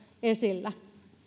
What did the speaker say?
esillä